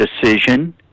decision